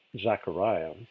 Zechariah